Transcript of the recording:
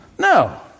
No